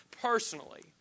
personally